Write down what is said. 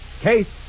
case